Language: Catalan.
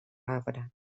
arbre